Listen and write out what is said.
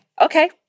Okay